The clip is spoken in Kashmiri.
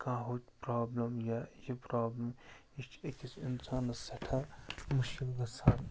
کانٛہہ ہہُ پرٛابلم یا یہِ پرٛابلم یہِ چھِ أکِس اِنسانَس سٮ۪ٹھاہ مُشکِل گَژھان